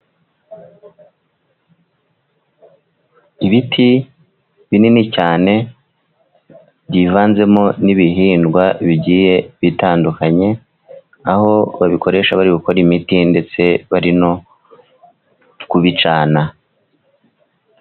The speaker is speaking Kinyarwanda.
Ibiti binini cyane byivanzemo n'ibihingwa bigiye bitandukanye, aho babikoresha bari gukora imiti ndetse bari no kubicana.